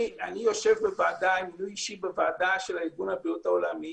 אני חבר בוועדה של ארגון הבריאות העולמי